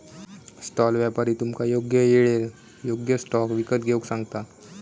stall व्यापारी तुमका योग्य येळेर योग्य स्टॉक विकत घेऊक सांगता